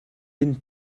энэ